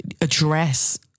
address